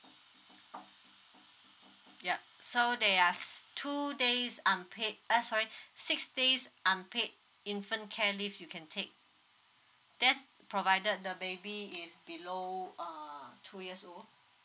yup so there are two days unpaid uh sorry six days unpaid infant care leave you can take there's provided the baby is below uh two years old